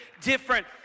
different